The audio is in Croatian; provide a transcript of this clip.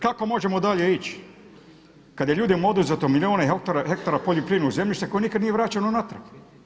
Kako možemo dalje ići kada je ljudima oduzeto milijune hektara poljoprivrednog zemljišta koje nikad nije vraćen natrag.